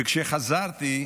וכשחזרתי,